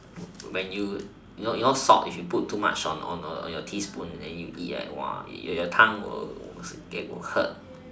when you you know you know salt if you put too much on on your teaspoon and you eat right !wah! your your tongue will will hurt